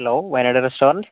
hello Wayanad restaurant